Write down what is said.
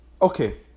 Okay